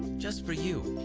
just for you.